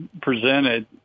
presented